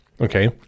Okay